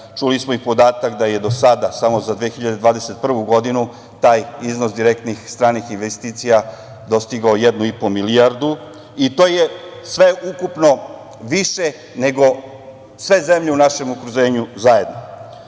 Čuli smo i podatak da je do sada samo za 2021. godinu taj iznos direktnih stranih investicija dostigao 1,5 milijardu i to je sve ukupno više nego sve zemlje u našem okruženju zajedno. Ono